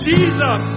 Jesus